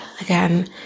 Again